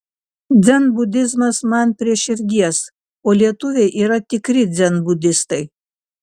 dzenbudizmas man prie širdies o lietuviai yra tikri dzenbudistai